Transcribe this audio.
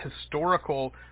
historical